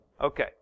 Okay